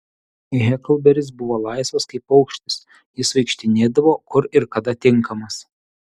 heklberis buvo laisvas kaip paukštis jis vaikštinėdavo kur ir kada tinkamas